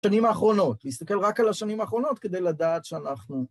שנים האחרונות, להסתכל רק על השנים האחרונות כדי לדעת שאנחנו...